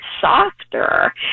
softer